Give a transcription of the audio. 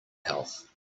health